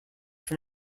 from